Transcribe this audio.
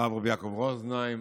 הרב יעקב רוזנהיים,